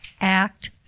act